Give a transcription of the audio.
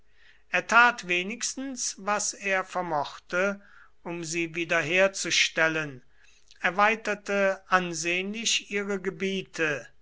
er tat wenigstens was er vermochte um sie wiederherzustellen erweiterte ansehnlich ihre gebiete